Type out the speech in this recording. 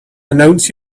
announce